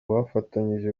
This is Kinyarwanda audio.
bafatanije